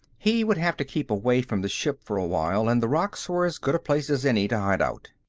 he would have to keep away from the ship for a while, and the rocks were as good a place as any to hide out.